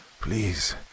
please